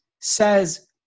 says